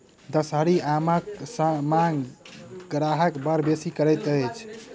दसहरी आमक मांग ग्राहक बड़ बेसी करैत अछि